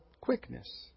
quickness